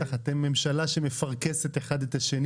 במקום לממן ערוץ אחד ב-800 מיליון שקל בשנה,